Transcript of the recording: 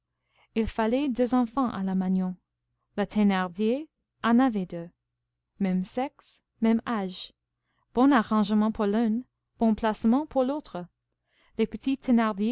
il fallait deux enfants à la magnon la thénardier en avait deux même sexe même âge bon arrangement pour l'une bon placement pour l'autre les petits